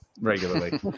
regularly